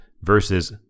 versus